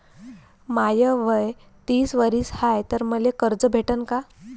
माय वय तीस वरीस हाय तर मले कर्ज भेटन का?